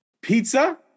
Pizza